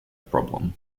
problem